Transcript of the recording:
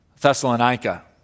Thessalonica